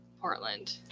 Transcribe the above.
portland